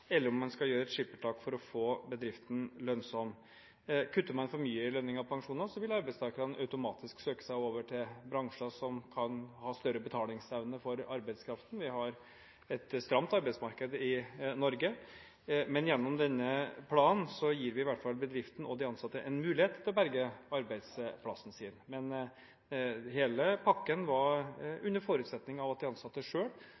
eller om man skal gjøre et skippertak for å få bedriften lønnsom. Kutter man for mye i lønninger og pensjoner, vil arbeidstakerne automatisk søke seg over til bransjer som kan ha større betalingsevne for arbeidskraften. Vi har et stramt arbeidsmarked i Norge, men med denne planen gir vi i hvert fall bedriften og de ansatte en mulighet til å berge arbeidsplassen sin. Men hele pakken var